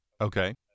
Okay